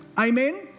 Amen